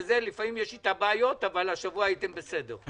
לפעמים יש איתה בעיות, אבל השבוע הייתם בסדר.